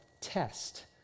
test